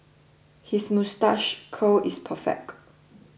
his moustache curl is perfect